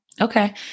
Okay